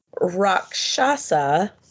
Rakshasa